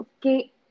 okay